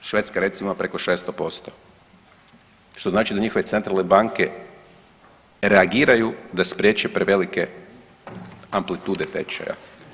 Švedska recimo, preko 600%, što znači da njihove centralne banke reagiraju da spriječe prevelike amplitude tečaja.